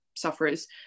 sufferers